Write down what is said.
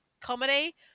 comedy